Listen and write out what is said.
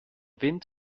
wind